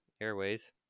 airways